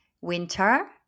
Winter